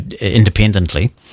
independently